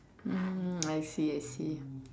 hmm I see I see